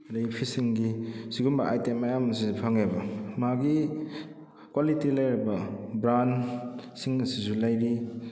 ꯑꯗꯨꯗꯩ ꯐꯤꯁꯤꯡꯒꯤ ꯑꯁꯤꯒꯨꯝꯕ ꯑꯥꯏꯇꯦꯝ ꯃꯌꯥꯝꯃꯁꯦ ꯐꯪꯉꯦꯕ ꯃꯥꯒꯤ ꯀ꯭ꯋꯥꯂꯤꯇꯤ ꯂꯩꯔꯕ ꯕ꯭ꯔꯥꯟꯁꯤꯡ ꯑꯁꯤꯁꯨ ꯂꯩꯔꯤ